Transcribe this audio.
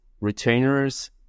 retainers